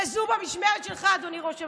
וזה במשמרת שלך, אדוני ראש הממשלה.